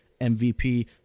MVP